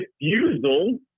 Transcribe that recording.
refusal